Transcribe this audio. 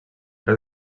cas